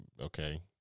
okay